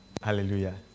Hallelujah